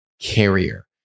carrier